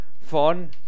von